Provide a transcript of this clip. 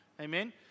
Amen